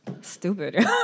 Stupid